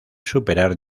superar